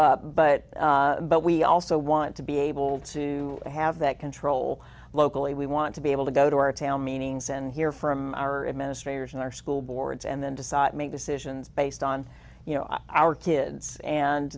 up but but we also want to be able to have that control locally we want to be able to go to our town meetings and hear from our administrators and our school boards and then decide make decisions based on you know our kids and